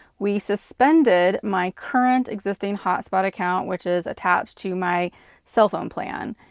we suspended my current, existing hotspot account, which is attached to my cell phone plan.